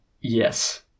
Yes